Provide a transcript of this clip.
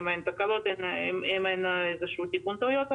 אין תקלות אם אין איזשהו תיקון טעויות,